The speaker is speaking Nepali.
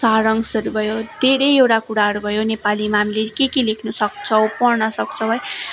सारांशहरू भयो धेरैवटा कुराहरू भयो नेपालीमा हामीले के के लेख्न सक्छौँ पढ्न सक्छौँ है